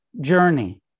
journey